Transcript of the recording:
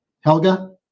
Helga